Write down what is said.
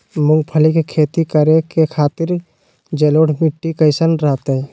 मूंगफली के खेती करें के खातिर जलोढ़ मिट्टी कईसन रहतय?